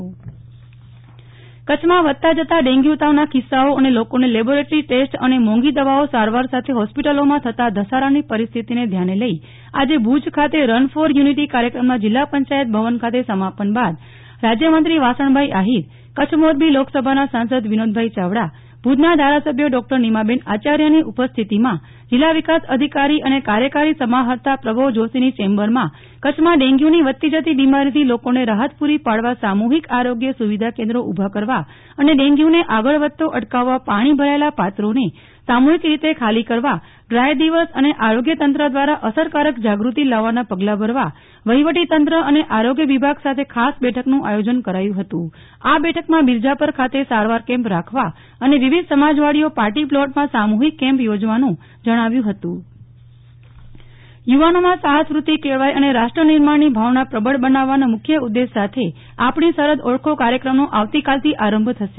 Nehal Thakkar Bhuj dengue અંગે ખાસ બેઠક કચ્છમાં વધતાં જતાં ડેંગ્યુ તાવના કિસ્સાઓ અને લોકોને લેબોરેટરી ટેસ્ટ અને મોંઘી દવાઓ સારવાર સાથે હોસ્પિટલોમાં થતાં ધસારાંની પરિસ્થિતિ ધ્યાને લઇ આજે ભુજ ખાતે રન ફોર યુ નિટી કાર્ચક્રમનાં જિલ્લા પંચાયત ભવન ખાતે સમાપન બાદ રાજયમંત્રી વાસણભાઈ આહિર કચ્છ મોરબી લોકસભાના સાંસદ વિનોદભાઈ ચાવડા ભુજના ધારાસભ્ય ડો નીમાબેન આયાર્યની ઉપસ્થિતિમાં જિલ્લા વિકાસ અધિકારી અને કાર્યકારી સમાહર્તા પ્રભવ જોષીની ચેમ્બરમાં કચ્છમાં ડેંગ્યુની વધતી જતી બીમારીથી લોકોને રાહત પૂ રી પાડવા સામૂહિક આરોગ્ય સુવિધા કેન્દ્રો ઊભા કરવા અને ડેંગ્યુને આગળ વધતો અટકાવવા પાણી ભરાયેલા પાત્રોને સામૂહિક રીતે ખાલી કરવા ડ્રાય દિવસ અને આરોગ્ય તંત્ર દ્વારા અસરકારક જાગૃતિ લાવવાનાં પગલાં ભરવા વફીવટીતંત્ર અને આરોગ્ય વિભાગ સાથે ખાસ બેઠકનું આયોજન કરાયું હતું આ બેઠકમાં મિરઝાપર ખાતે સારવાર કેમ્પ રાખવા અને વિવિધ સમાજવાડીઓ પાર્ટીપ્લોટમાં સામુહિક કેમ્પ યોજવાનું જણાવ્યુ હતું નેહલ ઠક્કર આપણી સરહદ ઓળખો યુ વાનોમાં માં સાફસવૃતિ કેળવાય અને રાષ્ટ્ર નિર્માણની ભાવના પ્રબળ બનાવવાના મુ ખ્ય ઉદેશ સાથે આપણી સરહદ ઓળખો કાર્યક્રમનો આવતીકાલથી આરંભ થશે